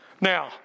Now